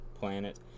planet